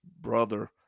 brother